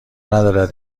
ندارد